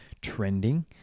trending